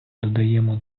додаємо